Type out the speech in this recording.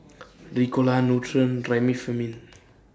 Ricola Nutren Remifemin